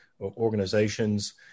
organizations